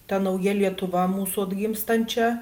ta nauja lietuva mūsų atgimstančia